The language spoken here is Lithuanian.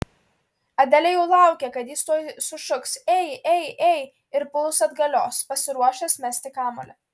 adelė jau laukė kad jis tuoj sušuks ei ei ei ir puls atgalios pasiruošęs mesti kamuolį